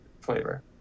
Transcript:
flavor